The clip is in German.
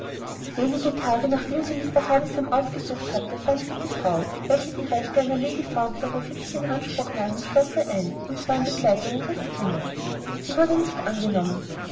wenige tage nachdem sie mr havisham aufgesucht hatte fand sich die frau welche die rechte einer lady fauntleroy für sich in anspruch nahm im schlosse ein und zwar in begleitung ihres kindes sie wurde nicht angenommen